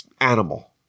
Animal